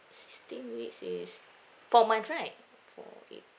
sixteen weeks is four months right four eight